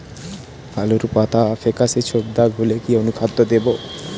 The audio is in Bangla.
আলুর পাতা ফেকাসে ছোপদাগ হলে কি অনুখাদ্য দেবো?